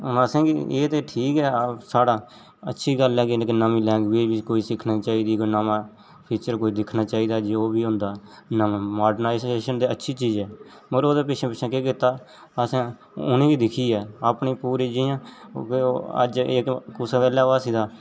असें गी एह् ते ठीक ऐ साढ़ा अच्छी गल्ल ऐ की के नमीं लैंग्वेज़ बी कोई सिक्खना चाहिदी कोई नमां फीचर कोई दिक्खना चाहिदा जे ओह् बी होंदा नमां मॉडर्नाइजेशन ते अच्छी चीज़ ऐ मगर ओह्दे पिच्छें पिच्छें केह् कीता असे उ'नें ई दिक्खियै अपनी पूरी जि'यां ओह् अज्ज कुसै बैल्ले ओह् हस्सी दा